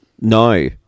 No